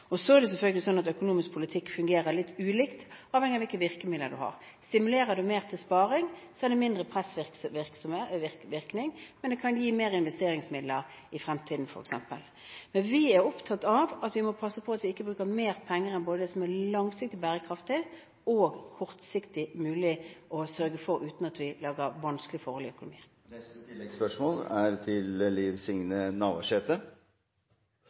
Så er det selvfølgelig sånn at økonomisk politikk fungerer litt ulikt, avhengig av hvilke virkemidler du har. Stimulerer du mer til sparing, er det mindre pressvirkning, men det kan gi mer investeringsmidler i fremtiden f.eks. Men vi er opptatt av at vi må passe på at vi ikke bruker mer penger enn det som både er langsiktig og bærekraftig og det som er kortsiktig mulig å sørge for uten at vi lager vanskelige forhold i økonomien. Liv Signe Navarsete – til